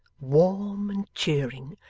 warm and cheering,